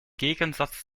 gegensatz